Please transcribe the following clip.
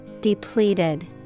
Depleted